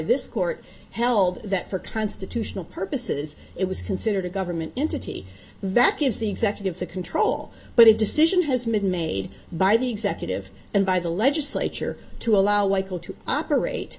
this court held that for constitutional purposes it was considered a government entity that gives the executive the control but a decision has made made by the executive and by the legislature to allow weikel to operate